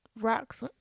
rocks